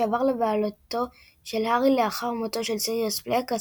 שעבר לבעלותו של הארי לאחר מותו של סיריוס בלק,